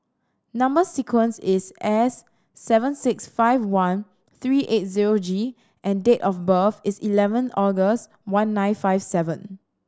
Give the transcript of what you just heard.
number sequence is S seven six five one three eight zero G and date of birth is eleven August one nine five seven